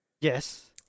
Yes